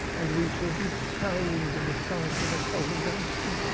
and we shall be shamed in the sight of the congregation.